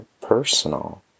personal